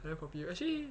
then probably actually